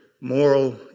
moral